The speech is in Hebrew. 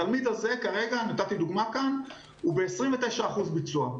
התלמיד הזה בדוגמה כאן הוא ב-29% ביצוע.